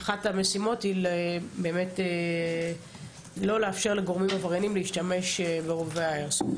אז אחת המשימות היא לא לאפשר לגורמים עברייניים להשתמש ברובי האיירסופט.